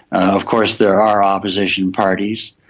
of course there are opposition parties,